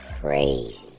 crazy